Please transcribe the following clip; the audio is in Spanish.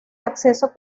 acceso